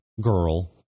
girl